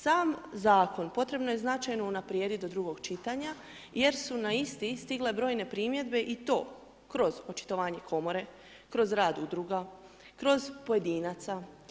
Sam zakon potrebno je značajno unaprijediti do drugog čitanja jer su na isti stigle brojne primjedbe i to kroz očitovanje komore, kroz rad udruga, kroz pojedinaca.